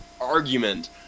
argument